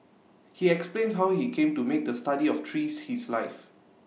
he explained how he came to make the study of trees his life